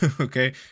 okay